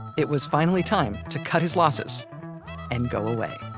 it was finally time to cut his losses and go away